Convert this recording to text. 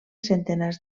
centenars